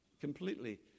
completely